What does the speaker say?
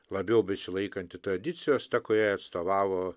labiau besilaikanti tradicijos ta kuriai atstovavo